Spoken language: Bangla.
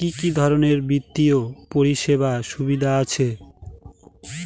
কি কি ধরনের বিত্তীয় পরিষেবার সুবিধা আছে?